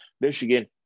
Michigan